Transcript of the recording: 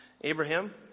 Abraham